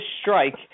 strike